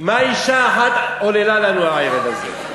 מה אישה אחת עוללה לנו הערב הזה.